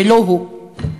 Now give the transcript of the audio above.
ולא היא.